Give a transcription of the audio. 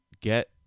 get